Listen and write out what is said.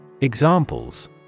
Examples